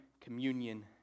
communion